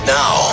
now